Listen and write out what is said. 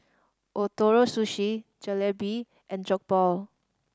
Ootoro Sushi Jalebi and Jokbal